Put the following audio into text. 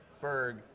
Ferg